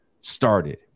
started